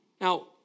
Now